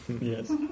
Yes